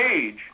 age